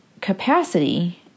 capacity